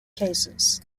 cases